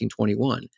1921